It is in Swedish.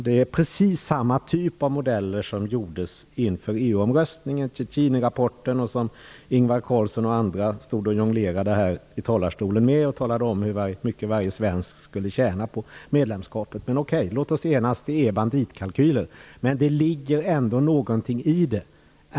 Det är precis samma typ av modeller som fanns inför EU-omröstningen i rapporter som Ingvar Carlsson och andra jonglerade i talarstolen med och talade om hur mycket varje svensk skulle tjäna på medlemskapet. Låt oss enas om att det är banditkalkyler. Men det ligger ändå någonting i det.